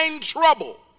trouble